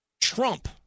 Trump